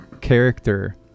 character